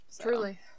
truly